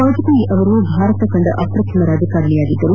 ವಾಜಪೇಯಿ ಅವರು ಭಾರತ ಕಂದ ಅಪ್ರತಿಮ ರಾಜಕಾರಣಿಯಾಗಿದ್ದರು